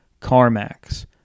CarMax